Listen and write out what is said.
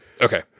okay